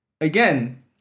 again